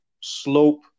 slope